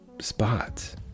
spots